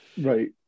Right